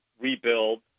rebuild